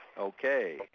Okay